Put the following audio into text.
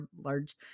large